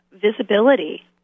visibility